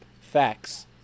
Facts